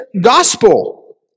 gospel